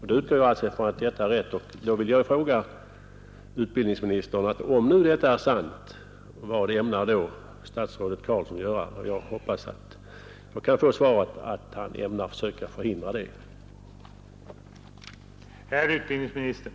Jag utgår ifrån att den uppgiften är riktig och då vill jag fråga utbildningsministern: Om nu detta är sant, vad ämnar då statsrådet Carlsson göra? Jag hoppas jag kan få svaret att han ämnar försöka förhindra det.